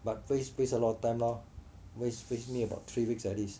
but waste waste a lot of time lor waste waste me about three weeks like this